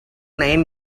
nine